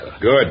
Good